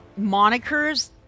monikers